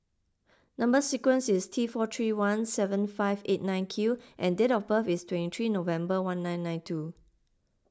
Number Sequence is T four three one seven five eight nine Q and date of birth is twenty three November one nine nine two